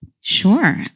Sure